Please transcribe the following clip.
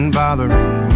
bothering